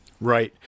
Right